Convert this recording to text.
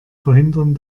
verhindern